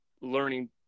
learning